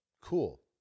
cool